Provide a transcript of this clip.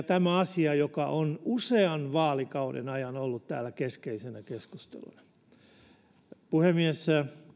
tämä on asia joka on usean vaalikauden ajan ollut täällä keskeisenä keskusteluna puhemies